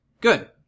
Good